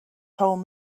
told